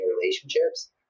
relationships